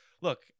look